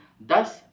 Thus